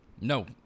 No